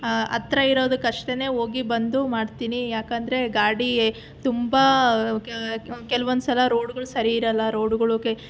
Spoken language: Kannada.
ಹತ್ರ ಇರೋದಕಷ್ಟೇನೇ ಹೋಗಿ ಬಂದು ಮಾಡ್ತೀನಿ ಯಾಕಂದರೆ ಗಾಡಿ ತುಂಬ ಕೆಲವೊಂದ್ಸಲ ರೋಡುಗಳು ಸರಿ ಇರಲ್ಲ ರೋಡುಗಳಿಗೆ